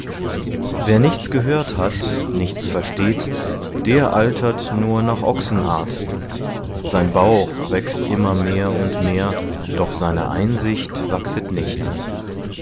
wer nichts gehört hat nichts versteht der altert nur nach ochsenart sein bauch wächst immer mehr und mehr doch seine einsicht wachset nicht